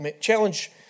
challenge